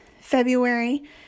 February